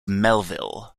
melville